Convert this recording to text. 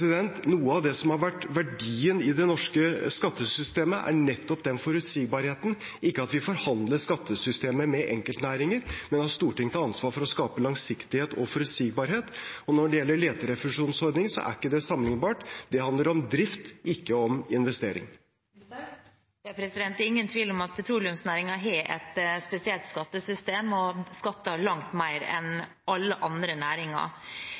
Noe av det som har vært verdien i det norske skattesystemet, er nettopp den forutsigbarheten – ikke at vi forhandler skattesystemet med enkeltnæringer, men at Stortinget tar ansvar for å skape langsiktighet og forutsigbarhet. Når det gjelder leterefusjonsordningen, er ikke det sammenlignbart. Det handler om drift, ikke om investering. Det er ingen tvil om at petroleumsnæringen har et spesielt skattesystem og skatter langt mer enn alle andre næringer.